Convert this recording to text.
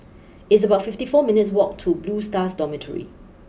it's about fifty four minutes' walk to Blue Stars Dormitory